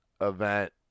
event